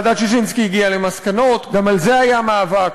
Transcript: ועדת ששינסקי הגיעה למסקנות, גם על זה היה מאבק: